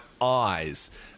eyes